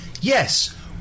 Yes